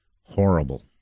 Horrible